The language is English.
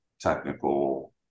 technical